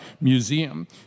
Museum